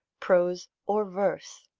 prose or verse.